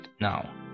now